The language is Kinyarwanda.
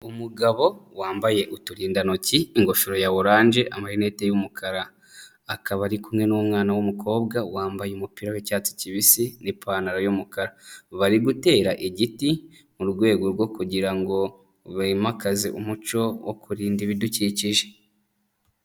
Umugabo wambaye uturindantoki, ingofero ya oranje, amarinete y'umukara, akaba ari kumwe n'umwana w'umukobwa wambaye umupira w'icyatsi kibisi n'ipantaro y'umukara, bari gutera igiti mu rwego rwo kugira ngo bimakaze umuco wo kurinda ibidukikije.